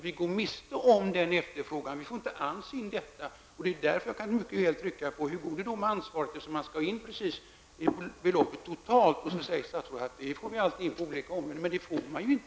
Vi går miste om denna efterfrågan och får alltså inte alls in någonting. Därför kan jag mycket väl fråga hur det går med ansvaret, man skall ju ha det totala beloppet. Statsrådet säger att det kommer in på olika områden, men så blir det ju inte.